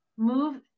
move